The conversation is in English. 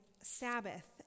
Sabbath